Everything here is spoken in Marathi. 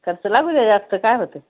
खर्च लागूदे जास्त काय होते